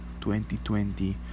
2020